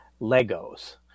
Legos